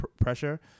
pressure